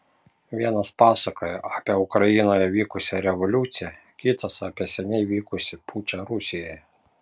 vienas pasakojo apie ukrainoje vykusią revoliuciją kitas apie seniai vykusį pučą rusijoje